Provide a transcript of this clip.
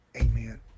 Amen